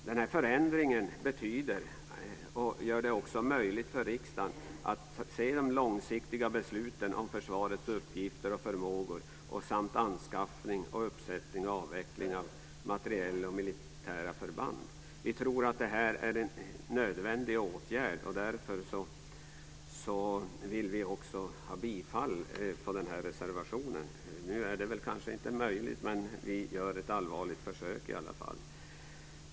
Den här förändringen gör det också möjligt för riksdagen att se de långsiktiga besluten om försvarets uppgifter och förmågor samt anskaffning, uppsättning och avveckling av materiel och militära förband. Vi tror att detta är en nödvändig åtgärd. Därför vill vi också ha bifall till den här reservationen. Nu är det kanske inte möjligt, men vi gör ett allvarligt försök i alla fall.